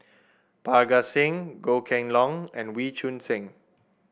Parga Singh Goh Kheng Long and Wee Choon Seng